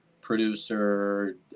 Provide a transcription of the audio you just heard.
producer